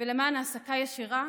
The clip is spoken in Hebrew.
ולמען העסקה ישירה